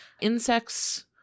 Insects